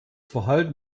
verhalten